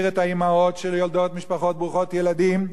את האמהות אשר יולדות במשפחות ברוכות ילדים,